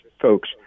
folks